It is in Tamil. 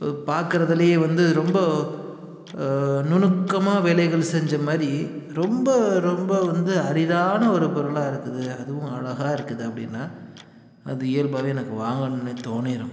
பார்க்குறதுலயே வந்து ரொம்ப நுணுக்கமாக வேலைகள் செஞ்ச மாதிரி ரொம்ப ரொம்ப வந்து அரிதான ஒரு பொருளாக இருக்குது அதுவும் அழகாக இருக்குது அப்படின்னா அது இயல்பாகவே எனக்கு வாங்கணும்னே தோனிரும்